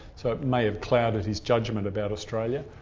so it may have clouded his judgement about australia.